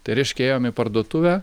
tai reiškia ėjom į parduotuvę